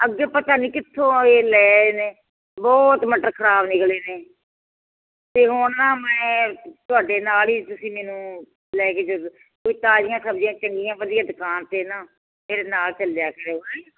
ਅੱਗੇ ਪਤਾ ਨਹੀਂ ਕਿੱਥੋਂ ਆਏ ਲੈ ਨੇ ਬਹੁਤ ਮਟਰ ਖ਼ਰਾਬ ਨਿਕਲੇ ਨੇ ਅਤੇ ਹੁਣ ਨਾ ਮੈਂ ਤੁਹਾਡੇ ਨਾਲ ਹੀ ਤੁਸੀਂ ਮੈਨੂੰ ਲੈ ਕੇ ਚੱਲੋ ਤਾਜ਼ੀਆਂ ਸਬਜ਼ੀਆਂ ਕਿੰਨੀਆਂ ਦੁਕਾਨ 'ਤੇ ਨਾ ਫਿਰ ਨਾਲ ਚੱਲਿਆ ਕਰੋ ਹੈਂ